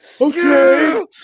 okay